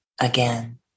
again